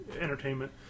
entertainment